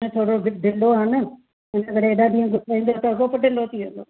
अञा थोरो बि ढिलो आहे न हिन करे हेॾा ॾींहं गुसाईंदो त अॻो पोइ ढिलो थी वेंदो